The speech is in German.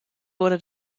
wurde